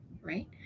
Right